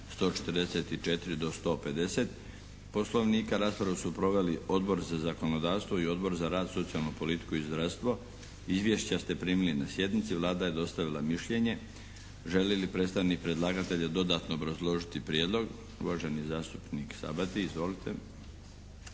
144. do 150. Poslovnika. Raspravu su proveli Odbor za zakonodavstvo i Odbor za rad, socijalnu politiku i zdravstvo. Izvješća ste primili na sjednici. Vlada je dostavila mišljenje. Želi li predstavnik predlagatelja dodatno obrazložiti prijedlog? Uvaženi zastupnik Sabati. Izvolite.